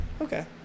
Okay